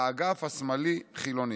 לאגף השמאלי-חילוני.